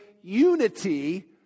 unity